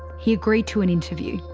he agreed to an interview.